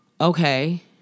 okay